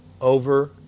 over